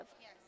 Yes